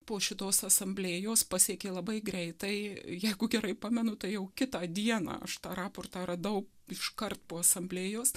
po šitos asamblėjos pasiekė labai greitai jeigu gerai pamenu tai jau kitą dieną aš tą raportą radau iškart po asamblėjos